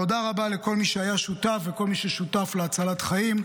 תודה רבה לכל מי שהיה שותף ולכל מי ששותף להצלת חיים,